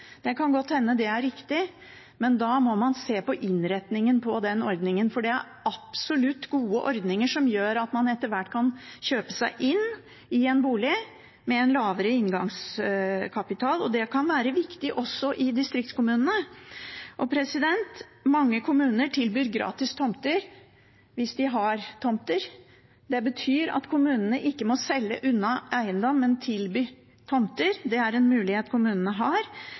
det kan godt hende at det er riktig. Men da må man se på innretningen av den ordningen, for det er absolutt en god ordning, som gjør at man etter hvert kan kjøpe seg inn i en bolig med mindre inngangskapital. Det kan være viktig også i distriktskommunene. Mange kommuner tilbyr gratis tomter, hvis de har tomter. Det betyr at kommunene ikke må selge unna eiendom, men tilby tomter. Det er en mulighet kommunene har.